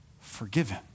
forgiven